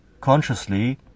consciously